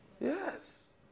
Yes